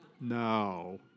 No